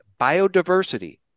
biodiversity